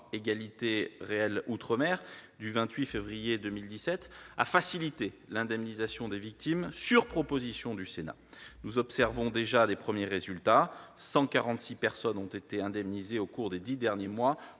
matière sociale et économique a facilité l'indemnisation des victimes, sur proposition du Sénat. Nous observons déjà de premiers résultats : 146 personnes ont été indemnisées au cours des dix derniers mois,